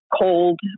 cold